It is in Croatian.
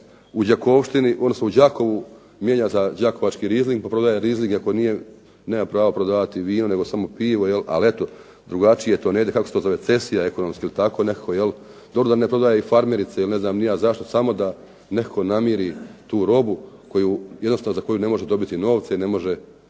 u Đakovštini, odnosno u Đakovu mijenja za đakovački rizling pa prodaje rizling, ako nije nema pravo prodavati vino nego samo pivo, ali eto drugačije je to negdje, kako se zove cesija ekonomska ili tako nekako. Dobro da …/Govornik se ne razumije./… ili ne znam ni ja zašto samo da nekako namiri tu robu koju jednostavno za koju ne može dobiti novce i ne može